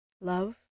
Love